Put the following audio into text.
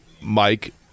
Mike